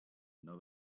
now